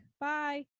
Bye